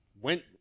went